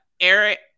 Eric